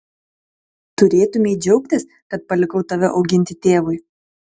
turėtumei džiaugtis kad palikau tave auginti tėvui